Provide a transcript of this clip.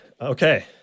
okay